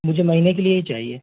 मुझे महीने के लिए ही चाहिए